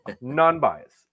Non-bias